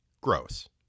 Gross